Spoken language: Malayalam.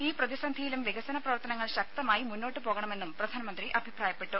ഈ പ്രതിസന്ധിയിലും വികസന പ്രവർത്തനങ്ങൾ ശക്തമായി മുന്നോട്ട് പോകണമെന്നും പ്രധാനമന്ത്രി അഭിപ്രായപ്പെട്ടു